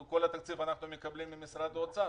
את כל התקציב אנחנו מקבלים ממשרד האוצר.